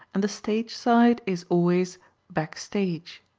and the stage side is always back stage.